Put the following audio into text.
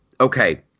Okay